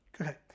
okay